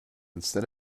instead